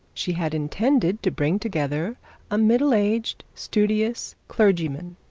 she had intended to bring together a middle-aged studious clergyman,